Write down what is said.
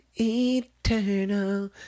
eternal